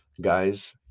Guys